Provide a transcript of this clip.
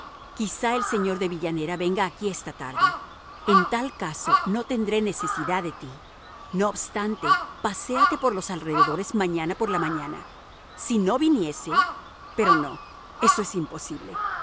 quizás el señor de villanera venga aquí esta tarde en tal caso no tendré necesidad de ti no obstante paséate por los alrededores mañana por la mañana si no viniese pero no eso es imposible